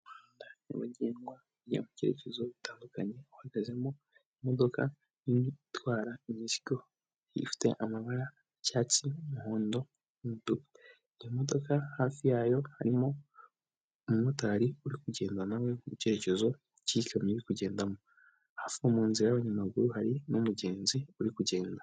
Umuhanda nyabagendwa ujya mu byerekezo bitandukanye, uhagazemo imodoka nini itwara imizigo ifite amabara icyatsi, umuhondo n'umutuku. Iyo modoka hafi yayo harimo umumotari uri kugenda na we mu cyerekezo cy'ikamyo iri kugendamo. Hafi aho mu nzira y'abanyamaguru hari n'umugenzi uri kugenda.